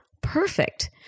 perfect